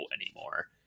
anymore